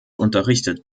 unterrichtet